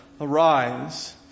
arise